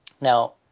now